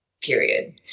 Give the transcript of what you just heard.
period